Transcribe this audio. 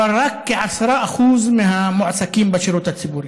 אבל רק כ-10% מהמועסקים בשירות הציבורי.